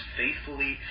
faithfully